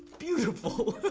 beautiful!